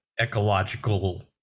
ecological